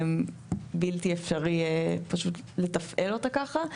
בלתי אפשרי פשוט לתפעל אותה ככה.